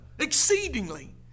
exceedingly